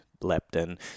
leptin